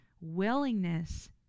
willingness